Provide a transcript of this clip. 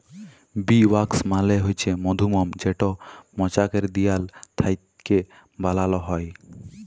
bee wax মালে হছে মধুমম যেটা মচাকের দিয়াল থ্যাইকে বালাল হ্যয়